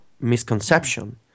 misconception